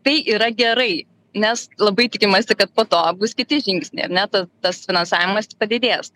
tai yra gerai nes labai tikimasi kad po to bus kiti žingsniai ar ne ta tas finansavimas padidės